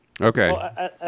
Okay